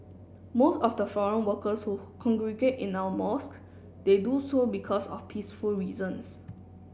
most of the foreign workers who congregate in our mosques they do so because of peaceful reasons